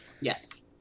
Yes